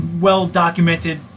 well-documented